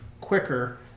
quicker